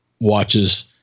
watches